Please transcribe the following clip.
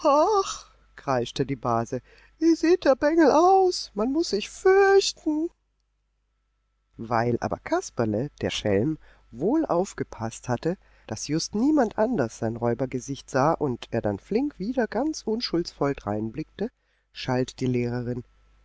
kreischte die base wie sieht der bengel aus man muß sich fürchten weil aber kasperle der schelm wohl aufgepaßt hatte daß just niemand anders sein räubergesicht sah und er dann flink wieder ganz unschuldsvoll dreinblickte schalt die lehrerin